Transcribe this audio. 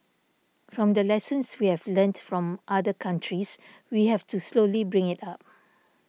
from the lessons we have learnt from other countries we have to slowly bring it up